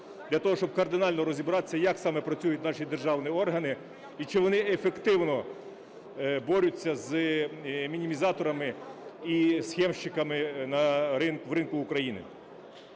для того, щоб кардинально розібратися, як саме працюють наші державні органи і чи вони ефективно борються з мінімізаторами і схемщиками на ринку України.